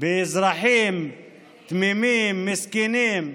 אזרחים תמימים, מסכנים,